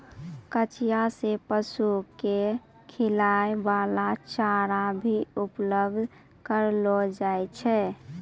कचिया सें पशु क खिलाय वाला चारा भी उपलब्ध करलो जाय छै